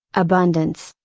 abundance,